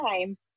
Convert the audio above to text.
time